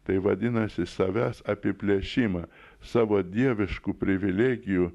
tai vadinasi savęs apiplėšimą savo dieviškų privilegijų